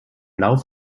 lauf